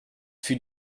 fut